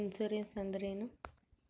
Insurance ಅಂದ್ರೇನು?